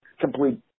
complete